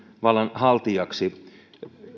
vallan haltijaksi